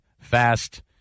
fast